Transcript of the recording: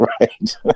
right